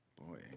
Boy